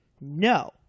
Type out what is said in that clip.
no